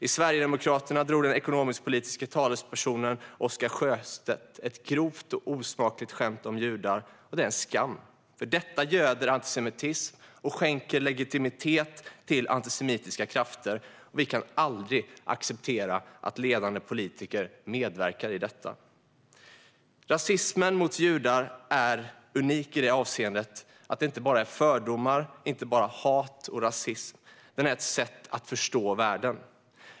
I Sverigedemokraterna drog den ekonomisk-politiska talespersonen Oscar Sjöstedt ett grovt och osmakligt skämt om judar. Detta är en skam. Det göder antisemitism och skänker legitimitet till antisemitiska krafter. Vi kan aldrig acceptera att ledande politiker medverkar till detta. Rasismen mot judar är unik i det avseendet att den inte handlar om bara fördomar, hat och rasism, utan den är ett sätt att förstå världen.